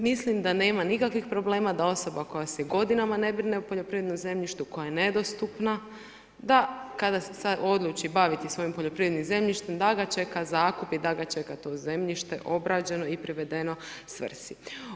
Mislim da nema nikakvih problema da osoba koja se godinama ne brine o poljoprivrednom zemljištu, koja je nedostupna da kada se odluči baviti svojim poljoprivrednim zemljištem da ga čeka zakup i da ga čeka to zemljište obrađeno i privedeno svrsi.